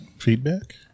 feedback